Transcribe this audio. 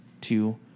two